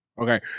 Okay